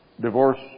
divorce